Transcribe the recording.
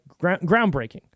groundbreaking